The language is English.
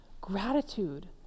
gratitude